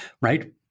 Right